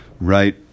right